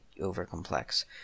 over-complex